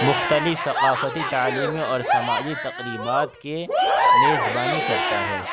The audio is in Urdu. مختلف ثقافتی تعلیمی اور سماجی تقریبات کے میزبانی کرتا ہے